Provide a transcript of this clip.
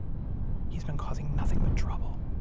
he's been causing nothing but trouble.